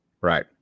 Right